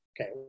Okay